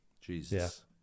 Jesus